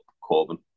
Corbin